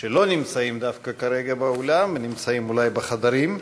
שלא נמצאים דווקא כרגע באולם, נמצאים אולי בחדרים,